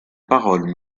parole